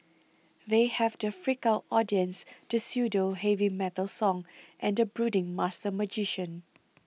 they have the freaked out audience the pseudo heavy metal song and the brooding master magician